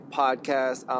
podcast